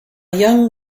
young